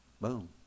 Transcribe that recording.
Boom